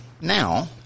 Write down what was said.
now